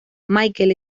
michael